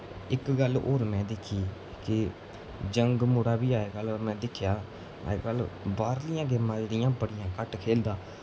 इक गल्ल होर में दिक्खी कि यंग मुड़ा बी अज्ज कल में दिक्खेआ अज्ज कल बाह्रलियां गेमां जेह्ड़ियां बड़ियां घट्ट खेलदा